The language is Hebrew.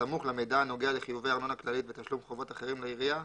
בסמוך למידע הנוגע לחיובי ארנונה כללית ותשלום חובות אחרים לעירייה,